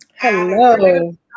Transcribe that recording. hello